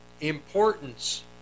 importance